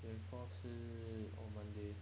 twenty fourth 是 on monday